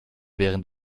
während